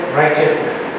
righteousness